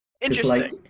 Interesting